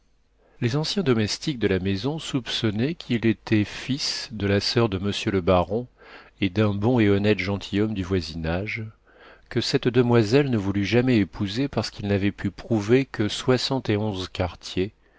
les anciens domestiques de la maison soupçonnaient qu'il était fils de la soeur de monsieur le baron et d'un bon et honnête gentilhomme du voisinage que cette demoiselle ne voulut jamais épouser parce qu'il n'avait pu prouver que soixante et onze quartiers